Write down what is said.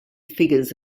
figures